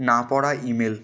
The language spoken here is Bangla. না পড়া ইমেল